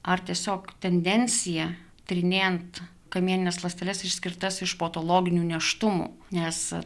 ar tiesiog tendencija tyrinėjant kamienines ląsteles išskirtas iš patologinių nėštumų nes